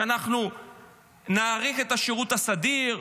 שאנחנו נאריך את השירות הסדיר,